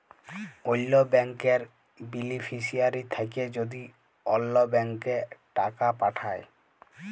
অল্য ব্যাংকের বেলিফিশিয়ারি থ্যাকে যদি অল্য ব্যাংকে টাকা পাঠায়